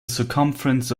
circumference